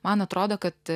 man atrodo kad